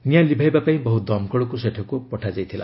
ନିଆଁ ଲିଭାଇବା ପାଇଁ ବହୁ ଦମକଳକୁ ସେଠାକୁ ପଠାଯାଇଥିଲା